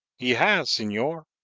he has, senor.